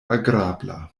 agrabla